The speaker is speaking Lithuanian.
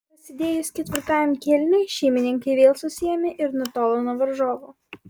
prasidėjus ketvirtajam kėliniui šeimininkai vėl susiėmė ir nutolo nuo varžovų